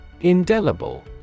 Indelible